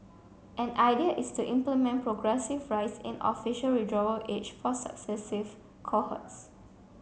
an idea is to implement progressive rise in official withdrawal age for successive cohorts